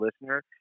listener